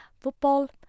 football